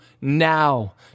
now